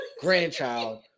grandchild